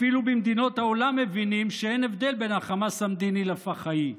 אפילו במדינות העולם מבינים שאין הבדל בין החמאס המדיני לפח"עי.